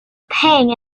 pang